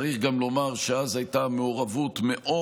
צריך גם לומר שאז הייתה מעורבות מאוד